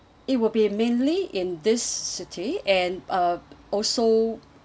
it will be mainly in this city and uh also